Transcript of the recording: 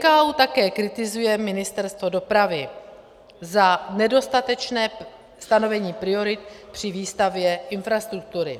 NKÚ také kritizuje Ministerstvo dopravy za nedostatečné stanovení priorit při výstavbě infrastruktury.